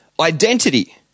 Identity